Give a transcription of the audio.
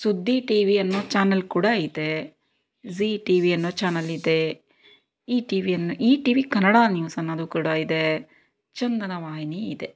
ಸುದ್ದಿ T V ಅನ್ನೋ channel ಕೂಡ ಇದೆ ಜ಼ೀ ಟಿ ವಿ ಅನ್ನೋ ಚಾನಲ್ ಇದೆ E T V on E T V Kannada news ಅನ್ನೋದು ಕೂಡ ಇದೆ ಚಂದನ ವಾಹಿನಿ ಇದೆ